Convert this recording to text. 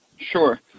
sure